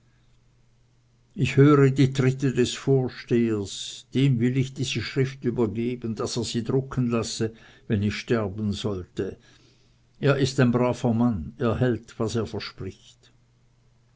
ich höre die tritte des vorstehers dem will ich diese schrift übergeben daß er sie drucken lasse wenn ich sterben sollte er ist ein braver mann er hält was er verspricht